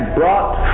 brought